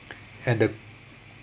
and the